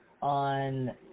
on